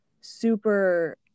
super